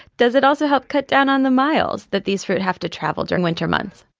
does it also help cut down on the miles that these fruit have to travel during winter months?